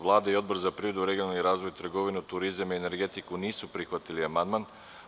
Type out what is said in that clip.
Vlada i Odbor za privredu, regionalni razvoj, trgovinu, turizam i energetiku nisu prihvatili amandman.